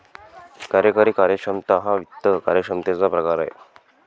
कार्यकारी कार्यक्षमता हा वित्त कार्यक्षमतेचा प्रकार आहे